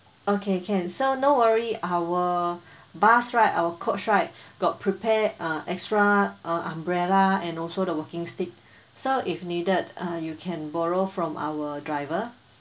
okay can so no worry our bus right our coach right got prepare uh extra uh umbrella and also the walking stick so if needed uh you can borrow from our driver